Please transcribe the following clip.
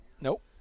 Nope